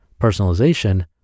personalization